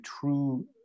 true